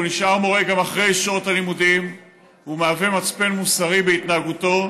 והוא נשאר מורה גם אחרי שעות הלימודים ומהווה מצפן מוסרי בהתנהגותו.